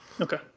Okay